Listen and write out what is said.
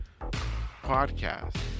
podcast